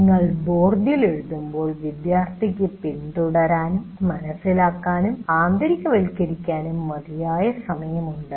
നിങ്ങൾ ബോർഡിൽ എഴുതുമ്പോൾ വിദ്യാർത്ഥിക്ക് പിന്തുടരാനും മനസ്സിലാക്കാനും ആന്തരികവൽക്കരിക്കാനും മതിയായ സമയമുണ്ട്